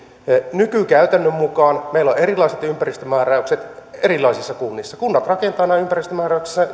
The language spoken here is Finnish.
nykykäytännön mukaan meillä on erilaiset ympäristömääräykset erilaisissa kunnissa kunnat rakentavat nämä ympäristömääräyksensä